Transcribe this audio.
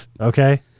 Okay